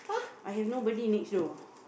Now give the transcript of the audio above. I have nobody next door